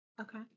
Okay